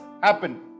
happen